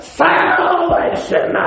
salvation